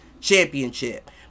championship